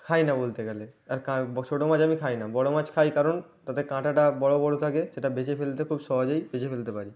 খাই না বলতে গেলে আর ছোটো মাছ আমি খাই না বড়ো মাছ খাই কারণ তাতে কাঁটাটা বড়ো বড়ো থাকে সেটা বেছে ফেলতে খুব সহজেই বেছে ফেলতে পারি